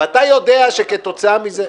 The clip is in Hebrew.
אני חושב אחרת.